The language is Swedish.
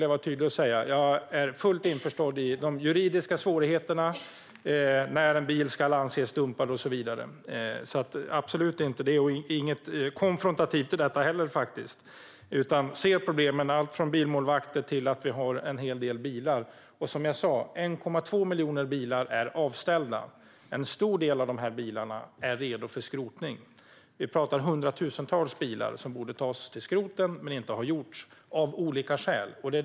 Jag är fullt införstådd med de juridiska svårigheterna när en bil ska anses dumpad och så vidare. Det är inget konfrontativt. Det handlar om att se problemen alltifrån bilmålvakter till att det finns en hel del bilar. Som jag sa tidigare är 1,2 miljoner bilar avställda. En stor del av bilarna är redo för skrotning. Vi pratar hundratusentals bilar som borde tas till skroten, men det har inte skett av olika skäl.